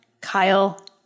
Kyle